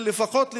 לפחות ל-20%,